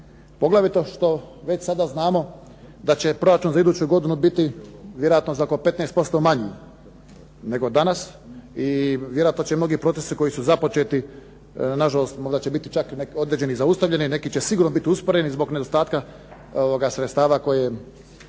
poglavito što već sada znamo da će proračun za iduću godinu biti vjerojatno za oko 15% manji nego danas i vjerojatno će mnogi procesi koji su započeti na žalost možda će biti čak određeni zaustavljeni, neki će sigurno biti usporeni zbog nedostatka sredstava koje